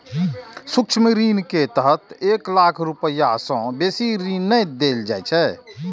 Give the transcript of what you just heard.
सूक्ष्म ऋण के तहत एक लाख रुपैया सं बेसी ऋण नै देल जाइ छै